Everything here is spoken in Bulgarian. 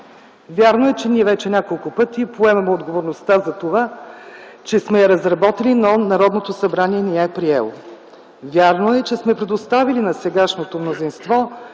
Вярно е, че ние вече няколко пъти поемаме отговорността за това, че сме я разработили, но Народното събрание не я е приело. Вярно е, че сме предоставили на сегашното мнозинство